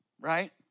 right